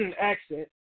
accent